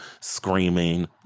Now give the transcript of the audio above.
screaming